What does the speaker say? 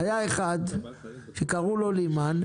היה אחד שקראו לו לימן.